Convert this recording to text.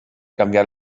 canviar